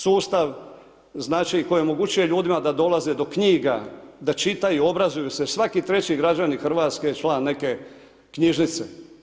Sustav koji omogućuje ljudima da dolaze do knjiga da čitaju obrazuju se, svaki treći građanin Hrvatske je član neke knjižnice.